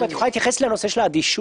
אנא התייחסי לנושא של האדישות.